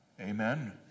Amen